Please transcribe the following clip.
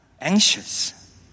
anxious